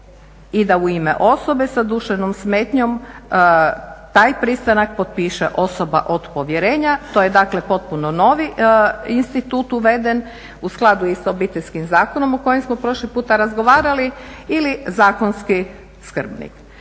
i da u ime osobe sa duševnom smetnjom taj pristanak potpiše osoba od povjerenja. To je dakle potpuno novi institut uveden u skladu i s Obiteljskim zakonom o kojem smo prošli puta razgovarali ili zakonski skrbnik.